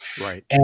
Right